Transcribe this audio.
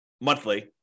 monthly